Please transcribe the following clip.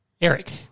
Eric